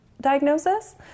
diagnosis